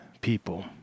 people